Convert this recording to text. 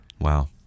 Wow